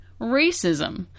racism